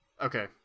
Okay